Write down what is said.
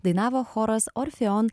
dainavo choras orfeon